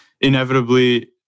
Inevitably